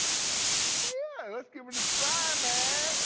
and i said so well yeah let's give and and try man!